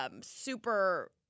super